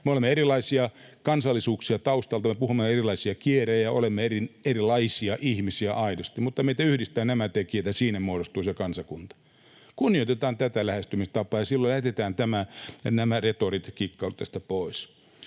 Me olemme erilaisia kansallisuuksia taustaltamme, me puhumme erilaisia kieliä ja olemme aidosti erilaisia ihmisiä, mutta meitä yhdistävät nämä tekijät, ja siinä muodostuu se kansakunta. Kunnioitetaan tätä lähestymistapaa, ja silloin jätetään nämä retoriset kikkailut tästä pois.